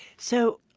so,